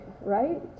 right